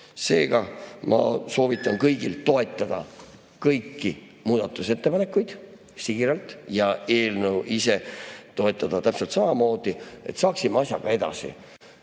Seega, ma soovitan kõigil toetada kõiki muudatusettepanekuid, siiralt, ja eelnõu ennast toetada täpselt samamoodi, et saaksime asjaga edasi.